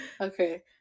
Okay